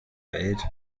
welt